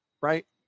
right